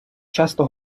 часто